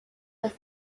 das